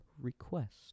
request